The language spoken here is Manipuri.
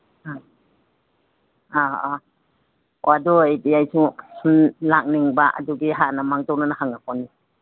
ꯑ ꯑꯧ ꯑꯧ ꯑꯣ ꯑꯗꯨ ꯑꯣꯏꯔꯗꯤ ꯑꯩꯁꯨ ꯁꯨꯝ ꯂꯥꯛꯅꯤꯡꯕ ꯑꯗꯨꯒꯤ ꯍꯥꯟꯅ ꯃꯥꯡꯖꯧꯅꯅ ꯍꯪꯉꯛꯄꯅꯤ